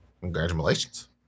Congratulations